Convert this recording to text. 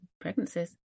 pregnancies